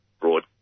broad